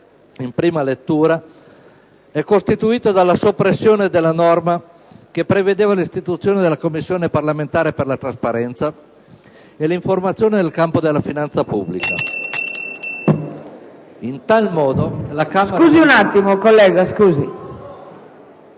membri del Senato, è costituita dalla soppressione dalla noma che prevedeva l'istituzione della Commissione parlamentare per la trasparenza e l'informazione nel campo della finanza pubblica. In tal modo la Camera